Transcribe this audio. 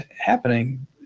happening